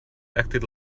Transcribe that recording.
acted